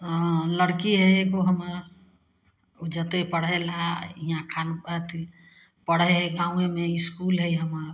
अँ लड़की हइ एगो हमर ओ जेतै पढ़ैलए हिआँ अथी पढ़ै हइ गामेमे इसकुल हइ हमर